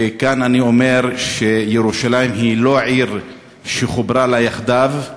וכאן אני אומר שירושלים היא לא עיר שחוברה לה יחדיו,